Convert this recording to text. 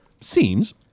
Seems